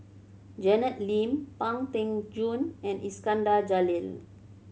Janet Lim Pang Teck Joon and Iskandar Jalil